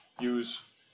use